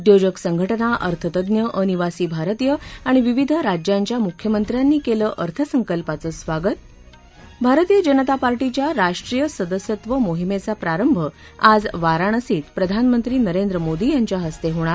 उद्योजक संघटना अर्थतज्ञ अनिवासी भारतीय आणि विविध राज्यांच्या मुख्यमंत्र्यांनी केल अर्थसंकल्पाचं स्वागत भारतीय जनता पार्टीच्या राष्ट्रीय सदस्यत्व मोहिमेचा प्रारंभ आज वाराणसीत प्रधानमंत्री नरेंद्र मोदी यांच्या हस्ते होणार